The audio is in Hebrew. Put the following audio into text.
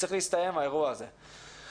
האירוע הזה צריך להסתיים.